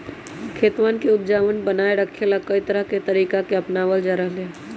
खेतवन के उपजाऊपन बनाए रखे ला, कई तरह के तरीका के अपनावल जा रहले है